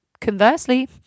conversely